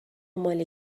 مال